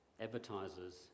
advertisers